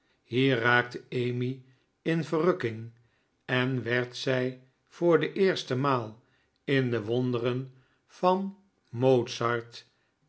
hier raakte emmy in verrukking en werd zij voor de eerste maal in de wonderen van mozart